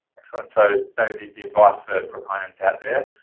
excellent. so the the advice for proponents out there,